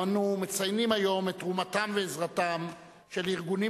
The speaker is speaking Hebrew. אנו מציינים היום את תרומתם ועזרתם של ארגונים